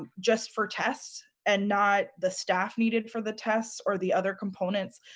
ah just for tests. and not the staff needed for the tests or the other components.